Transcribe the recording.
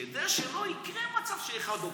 כדי שלא יקרה מצב שאחד עוזב,